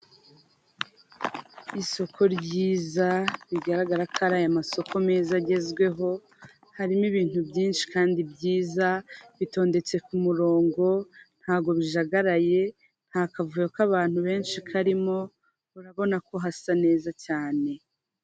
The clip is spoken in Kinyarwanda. Isoko ryiza bigaragara ko ari aya masoko meza agezweho harimo ibintu byinshi kandi byiza bitondetse ku murongo ntago bijagaraye nta kavuyo k'abantu benshi karimo, urabona ko hasa neza cyane.